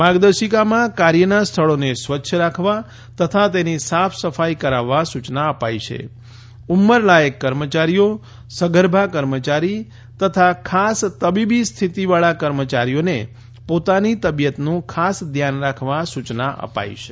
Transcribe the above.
માર્ગદર્શિકામાં કાર્યના સ્થળોને સ્વચ્છ રાખવા તથા તેની સાફસફાઇ કરાવવા સૂચના અપાઇ છે ઉમરલાયક કર્મચારીઓ સગર્ભા કર્મચારી તથા કર્મચારીઓને પોતાની તબિયતનું ખાસ ધ્યાન રાખવા સૂચના અપાઇ છે